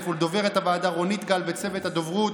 ולדוברת הוועדה רונית גל וצוות הדוברות,